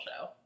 show